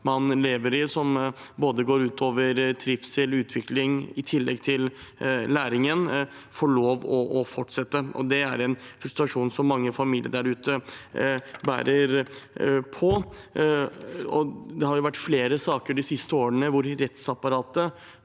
man lever i, som går ut over både trivsel og utvikling i tillegg til læring, får lov til å fortsette. Det er en frustrasjon mange familier der ute bærer på. Det har vært flere saker de siste årene hvor rettsapparatet/domstolene